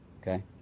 okay